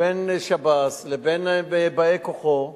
לבין שב"ס, לבין באי כוחו,